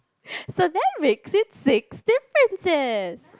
so that makes it sixth differences